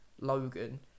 Logan